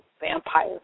vampire